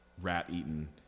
rat-eaten